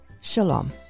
shalom